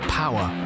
power